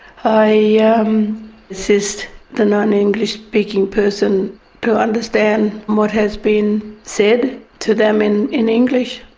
i yeah um assist the non-english-speaking person to understand what has been said to them in in english.